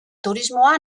turismoa